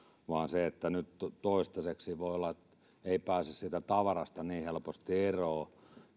vaan koska nyt toistaiseksi voi olla että ei pääse siitä tavarasta niin helposti eroon